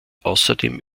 außerdem